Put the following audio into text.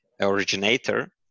originator